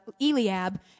Eliab